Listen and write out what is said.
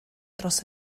dros